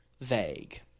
vague